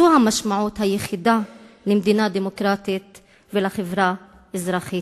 זו המשמעות היחידה של מדינה דמוקרטית ושל חברה אזרחית.